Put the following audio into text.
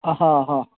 हँ हँ